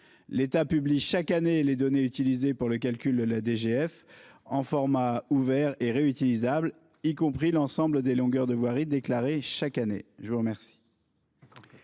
L'État publie chaque année les données utilisées pour le calcul de la DGF en format ouvert et réutilisable, y compris l'ensemble des longueurs de voirie déclarées chaque année. La parole